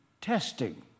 testing